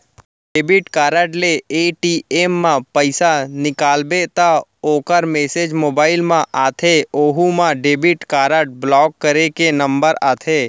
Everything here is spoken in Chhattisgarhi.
डेबिट कारड ले ए.टी.एम म पइसा निकालबे त ओकर मेसेज मोबाइल म आथे ओहू म डेबिट कारड ब्लाक करे के नंबर आथे